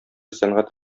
сәнгать